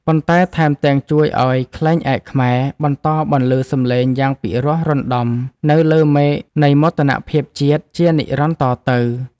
ប៉ុន្តែថែមទាំងជួយឱ្យ ខ្លែងឯកខ្មែរ បន្តបន្លឺសំឡេងយ៉ាងពីរោះរណ្ដំនៅលើមេឃនៃមោទនភាពជាតិជានិរន្តរ៍តទៅ។